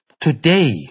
Today